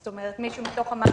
זאת אומרת מישהו מתוך המערכת,